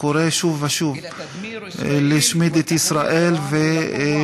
שקורא שוב ושוב להשמיד את ישראל ולהפוך